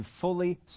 fully